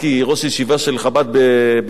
ראש ישיבה של חב"ד בצפת,